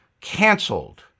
canceled